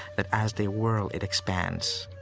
that as they whirl, it expands.